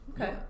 Okay